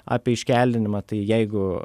apie iškeldinimą tai jeigu